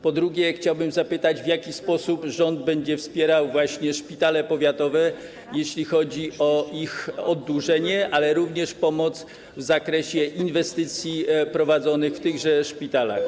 Po drugie, chciałbym zapytać, w jaki sposób rząd będzie wspierał szpitale powiatowe, jeśli chodzi o ich oddłużanie, ale również o pomoc w zakresie inwestycji prowadzonych w tychże szpitalach.